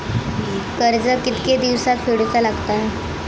कर्ज कितके दिवसात फेडूचा लागता?